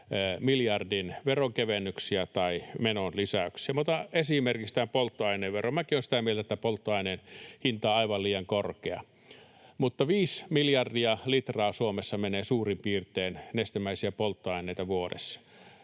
miljardin veronkevennyksiä tai menolisäyksiä. Otan esimerkiksi tämän polttoaineveron: Minäkin olen sitä mieltä, että polttoaineen hinta on aivan liian korkea, mutta kun suurin piirtein viisi miljardia litraa Suomessa menee nestemäisiä polttoaineita vuodessa